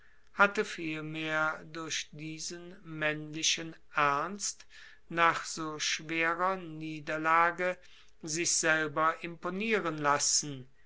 hatte vielmehr durch diesen maennlichen ernst nach so schwerer niederlage sich selber imponieren lassen